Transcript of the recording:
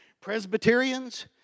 Presbyterians